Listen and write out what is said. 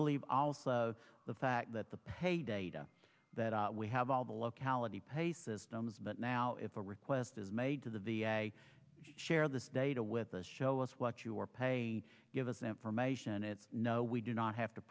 believe also the fact that the pay data that we have all the locality pay systems but now if a request is made to the v a share this data with us show us what you are paid give us information it's no we do not have to